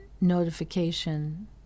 notification